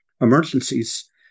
emergencies